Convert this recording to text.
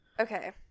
Okay